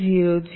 begin